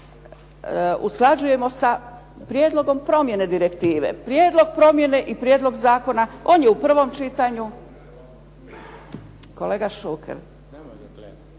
usklađujemo sa prijedlogom promjene direktive. Prijedlog promjene i prijedlog zakona, on je u prvom čitanju. Kolega Šuker!